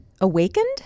awakened